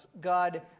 God